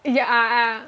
ya uh uh